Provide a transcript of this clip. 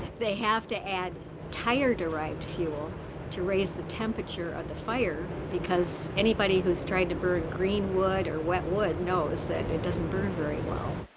they have to add tire-derived fuel to raise the temperature of the fire, because anybody whose tried to burn green wood or wet wood, knows that it doesn't burn very well.